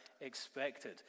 expected